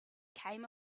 came